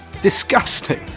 disgusting